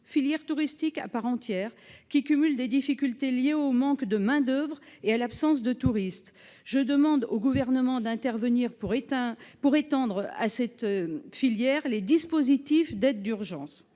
filière touristique à part entière, qui cumule les difficultés liées au manque de main-d'oeuvre et à l'absence de touristes. Je demande au Gouvernement d'intervenir pour étendre, à cette filière, les dispositifs d'aides d'urgence.